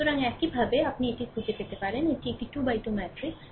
সুতরাং এইভাবে আপনি এটি খুঁজে পেতে পারেন এটি একটি 2 X 2 ম্যাট্রিক্স